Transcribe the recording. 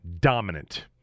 dominant